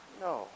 No